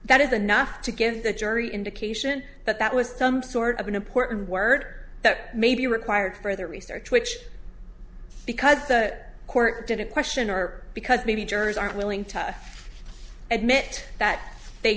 that is the not to give the jury indication but that was some sort of an important word that maybe required further research which because the court didn't question or because maybe jurors aren't willing to admit that they